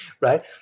right